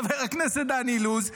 חבר הכנסת דן אילוז,